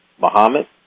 Muhammad